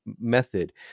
method